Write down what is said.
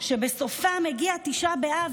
שבסופה מגיע תשעה באב.